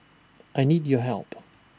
I need your help